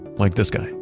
like this guy.